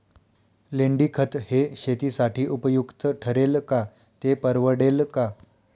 लेंडीखत हे शेतीसाठी उपयुक्त ठरेल का, ते परवडेल का?